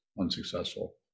unsuccessful